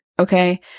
okay